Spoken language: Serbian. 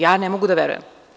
Ja ne mogu da verujem.